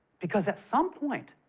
because, at some point,